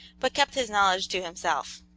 but kept his knowledge to himself.